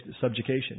subjugation